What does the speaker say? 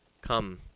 come